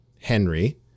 Henry